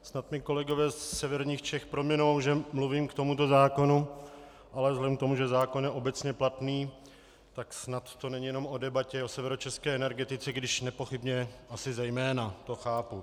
Snad mi kolegové ze severních Čech prominou, že mluvím k tomuto zákonu, ale vzhledem k tomu, že zákon je obecně platný, tak snad to není jen o debatě o severočeské energetice, i když nepochybně asi zejména, to chápu.